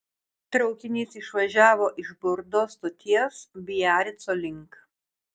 traukinys išvažiavo iš bordo stoties biarico link